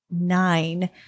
nine